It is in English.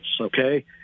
okay